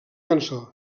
cançó